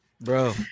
bro